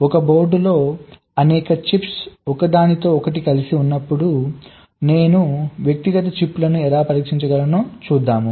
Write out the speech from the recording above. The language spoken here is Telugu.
ఒక బోర్డులో అనేక చిప్స్ ఒకదానితో ఒకటి కలిసి ఉన్నప్పుడు నేను వ్యక్తిగత చిప్లను ఎలా పరీక్షించగలను చూద్దాం